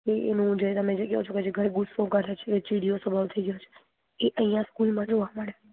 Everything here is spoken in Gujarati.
ઈ એનું જે તમે જે કયો છો ઘરે ગુસ્સો કરે છે ચીડિયો સ્વભાવ થઈ ગયો છે એ અહીંયા સ્કૂલમાં જોવા મળે